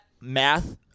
math